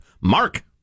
Mark